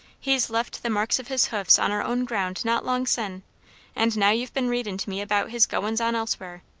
he's left the marks of his hoofs on our own ground not long sen and now you've been readin' to me about his goin's on elsewhere.